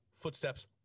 footsteps